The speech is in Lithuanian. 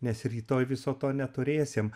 nes rytoj viso to neturėsim